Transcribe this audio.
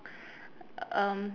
um